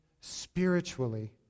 spiritually